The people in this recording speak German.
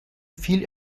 viel